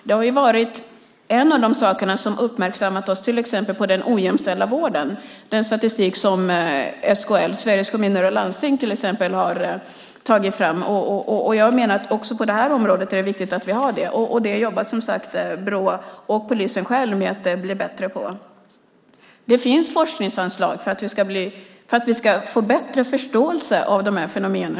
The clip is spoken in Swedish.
Den statistik som Sveriges Kommuner och Landsting har tagit fram har varit en av de saker som har uppmärksammat oss på den ojämställda vården. Jag menar att det är viktigt att vi har det också på det här området. Det jobbar som sagt Brå och polisen själva med att bli bättre på. Det finns forskningsanslag för att vi ska förstå de här fenomenen bättre.